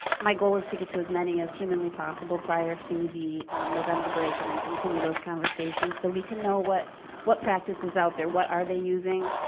my goal is to get to as many as humanly possible prior to the november break, and then continue those conversations so we can know what what practice is out there, what are they using,